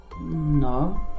No